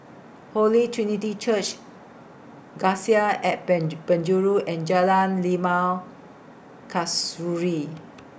Holy Trinity Church Cassia At Penjuru and Jalan Limau Kasturi